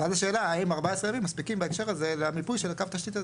ואז השאלה האם 14 ימים מספיקים בהקשר הזה למיפוי של קו התשתית.